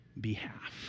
behalf